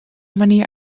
manier